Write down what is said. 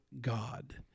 God